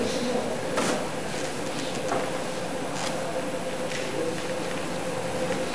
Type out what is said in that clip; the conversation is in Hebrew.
ההצעה להעביר את הצעת חוק לתיקון פקודת העיריות (מס'